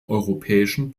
europäischen